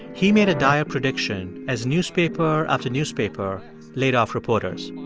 he made a dire prediction as newspaper after newspaper laid off reporters.